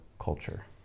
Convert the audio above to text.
culture